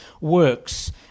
works